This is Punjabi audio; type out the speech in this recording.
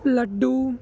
ਲੱਡੂ